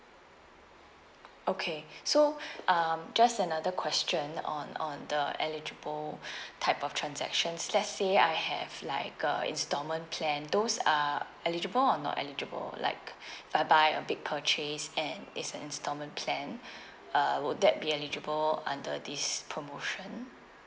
okay so um just another question on on the eligible type of transactions let's say I have like a instalment plan those are eligible or not eligible like if I buy a big purchase and it's an instalment plan uh would that be eligible under this promotion